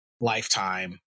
lifetime